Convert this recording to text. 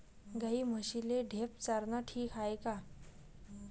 गाई म्हशीले ढेप चारनं ठीक हाये का?